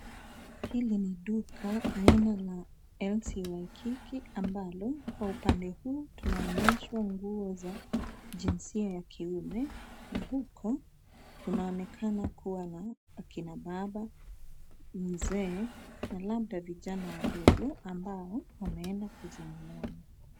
Hili ni duka aina la LC WAIKIKI ambalo kwa upande huu tunaonyeshwa nguo za jinsia ya kiume na huko kunaonekana kuwa na akina baba, mzee na labda vijana wadogo ambao wameenda kuzinunua nguo.